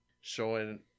showing